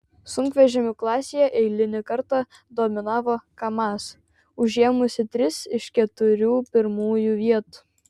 sunkvežimių klasėje eilinį kartą dominavo kamaz užėmusi tris iš keturių pirmųjų vietų